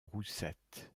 roussettes